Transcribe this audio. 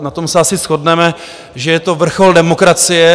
Na tom se asi shodneme, že je to vrchol demokracie.